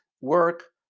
work